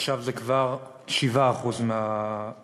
עכשיו זה כבר 7% מהפניות,